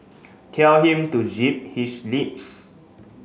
tell him to zip his lips